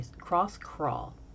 cross-crawl